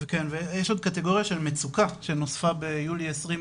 וכן, יש עוד קטגוריה של מצוקה, שנוספה ביולי 2020,